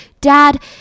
dad